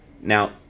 Now